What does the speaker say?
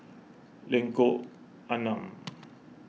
Lengkong Enam